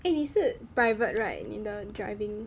eh 你是 private right 你的 driving